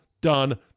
done